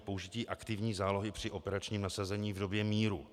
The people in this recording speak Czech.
Použití aktivní zálohy při operačním nasazení v době míru.